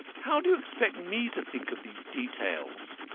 how do you expect me to think of these details?